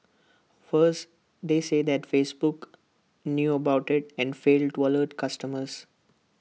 worse they say that Facebook knew about IT and failed to alert customers